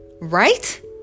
Right